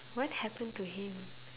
what happen to him